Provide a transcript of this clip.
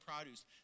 produce